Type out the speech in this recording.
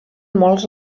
molts